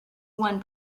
one